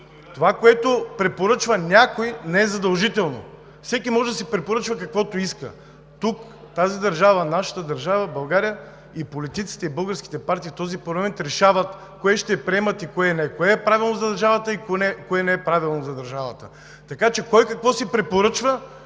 Това, което препоръчва някой, не е задължително. Всеки може да си препоръчва каквото иска. Тази държава, нашата държава България – и политиците, и българските партии в парламента решават кое ще приемат и кое не, кое е правилно и кое не е правилно за държавата, така че кой какво си препоръчва…